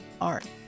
art